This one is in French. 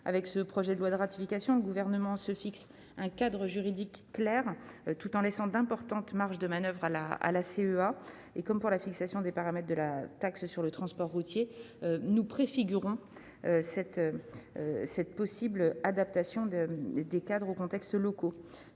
Avec ce projet de loi de ratification, le Gouvernement se fixe un cadre juridique clair tout en laissant d'importantes marges de manoeuvre à la CEA, par exemple sur la fixation des paramètres de la taxe sur le transport routier. Il s'agit de permettre l'adaptation des cadres aux contextes locaux.